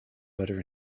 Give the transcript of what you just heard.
butter